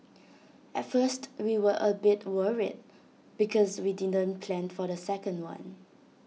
at first we were A bit worried because we didn't plan for the second one